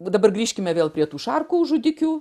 dabar grįžkime vėl prie tų šarkų žudikių